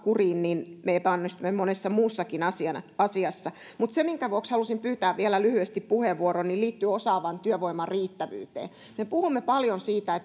kuriin me epäonnistumme monessa muussakin asiassa se minkä vuoksi halusin pyytää vielä lyhyesti puheenvuoron liittyy osaavan työvoiman riittävyyteen me puhumme paljon siitä